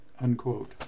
unquote